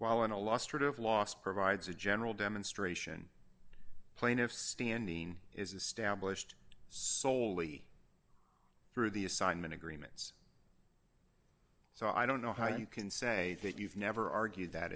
of last provides a general demonstration plaintiff's standing is established soley through the assignment agreements so i don't know how you can say that you've never argued that